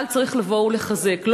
אבל צריך לבוא ולחזק אותו.